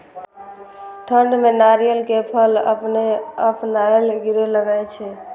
ठंड में नारियल के फल अपने अपनायल गिरे लगए छे?